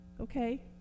Okay